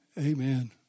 Amen